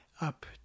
up